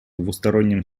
двустороннем